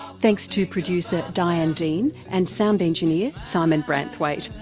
thanks to producer diane dean and sound engineer simon branthwaite.